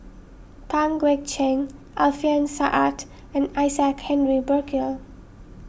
Pang Guek Cheng Alfian Sa'At and Isaac Henry Burkill